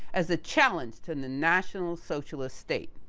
as a challenge to and the national socialist state.